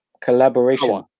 collaboration